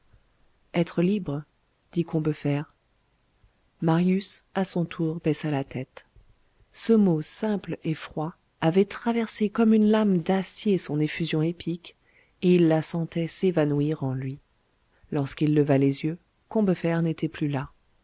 être libre dit combeferre marius à son tour baissa la tête ce mot simple et froid avait traversé comme une lame d'acier son effusion épique et il la sentait s'évanouir en lui lorsqu'il leva les yeux combeferre n'était plus là